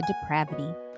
depravity